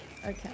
Okay